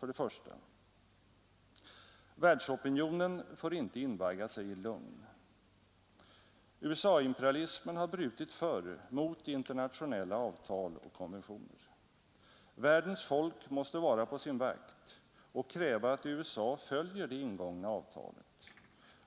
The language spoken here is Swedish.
För det första: Världsopinionen får inte invagga sig i lugn. USA-imperialismen har brutit förr mot internationella avtal och konventioner. Världens folk måste vara på sin vakt och kräva att USA följer det ingångna avtalet